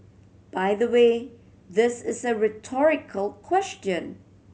by the way this is a rhetorical question